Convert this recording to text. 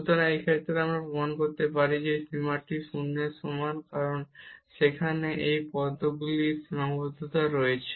সুতরাং এই ক্ষেত্রে আমরা প্রমাণ করতে পারি যে এই সীমাটি 0 এর সমান কারণ সেখানে এই পদগুলির সীমাবদ্ধতা রয়েছে